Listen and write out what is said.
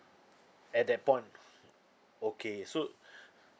at that point okay so